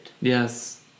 yes